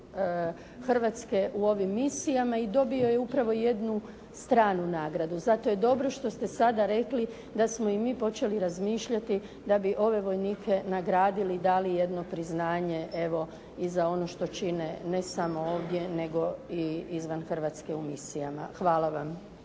Hrvatske u ovim misijama i dobio je upravo jednu stranu nagradu. Zato je dobro što ste sada rekli da smo i mi počeli razmišljati da bi ove vojnike nagradili i dali jedno priznanje, evo i za ono što čine, ne samo ovdje, nego i izvan Hrvatske u misijama. Hvala vam.